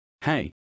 Hey